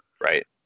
Right